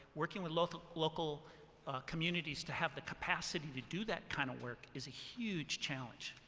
working with local local communities to have the capacity to do that kind of work is a huge challenge.